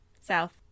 south